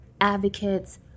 advocates